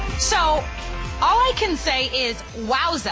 so all i can say is wow!